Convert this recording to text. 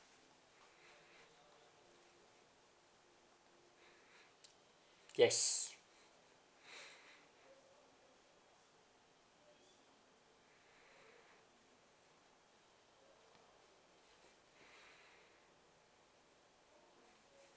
yes